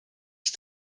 ich